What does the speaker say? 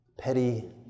Petty